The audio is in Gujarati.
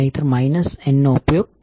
નહિંતર n નો ઉપયોગ કરો